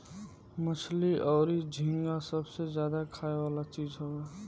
मछली अउरी झींगा सबसे ज्यादा खाए वाला चीज हवे